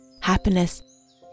happiness